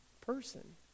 person